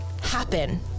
happen